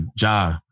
ja